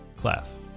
class